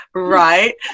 right